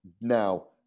now